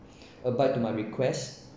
abide to my request